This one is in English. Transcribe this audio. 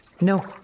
No